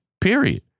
period